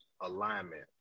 alignment